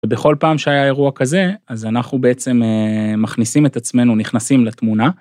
ובכל פעם שהיה אירוע כזה, אז אנחנו בעצם מכניסים את עצמנו, נכנסים לתמונה.